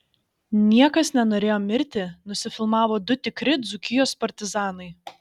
niekas nenorėjo mirti nusifilmavo du tikri dzūkijos partizanai